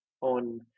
on